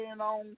on